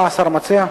מה השר מציע?